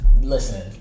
listen